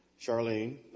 Charlene